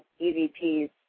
EVPs